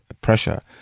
pressure